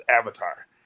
Avatar